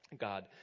God